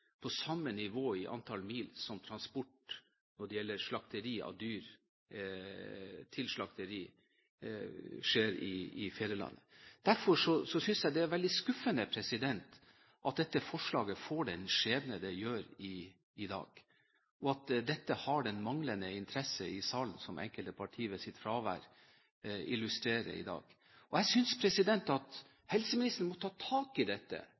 på samme nivå i antall mil som det som gjelder for transport av dyr til slakteri i fedrelandet. Derfor synes jeg det er veldig skuffende at dette forslaget får den skjebne det gjør i dag, og at det er en manglende interesse i salen, som enkelte partier ved sitt fravær illustrerer. Jeg synes at helseministeren må ta tak i dette